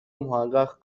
محقق